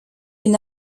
une